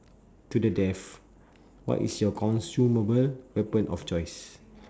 to the death what is your consumable weapon of choice